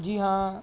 ਜੀ ਹਾਂ